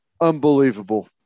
Unbelievable